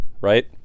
right